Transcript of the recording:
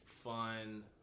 fun